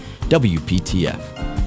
WPTF